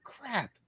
Crap